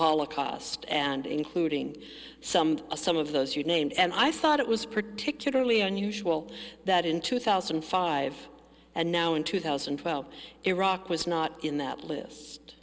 holocaust and including some some of those you named and i thought it was particularly unusual that in two thousand and five and now in two thousand and twelve iraq was not in that list